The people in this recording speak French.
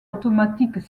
automatiques